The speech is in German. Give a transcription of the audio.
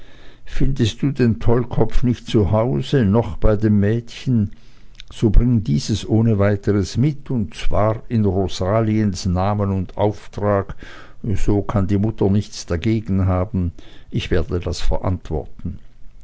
findest du den tollkopf nicht zu hause noch bei dem mädchen so bring dieses ohne weiteres mit und zwar in rosaliens namen und auftrag so kann die mutter nichts dagegen haben ich werde das verantworten